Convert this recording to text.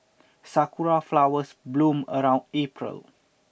sakura flowers bloom around April